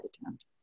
attempt